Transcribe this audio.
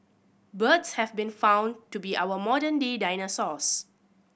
birds have been found to be our modern day dinosaurs